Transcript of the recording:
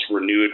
renewed